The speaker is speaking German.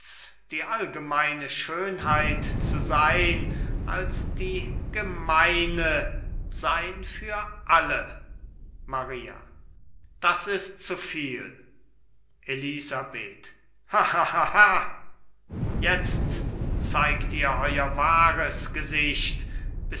die allgemeine schönheit zu sein als die gemeine sein für alle maria das ist zuviel elisabeth höhnisch lachend jetzt zeigt ihr euer wahres gesicht